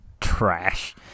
trash